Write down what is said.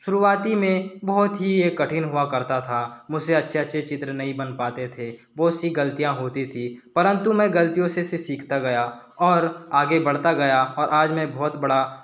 शुरुआती में बहुत ही एक कठिन हुआ करता था मुझसे अच्छे अच्छे चित्र नहीं बन पाते थे बहुत सी गलतियाँ होती थी परंतु मैं गलतियों से से सिखता गया और आगे बढ़ता गया और आज मैं बहुत बड़ा